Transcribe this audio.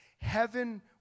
Heaven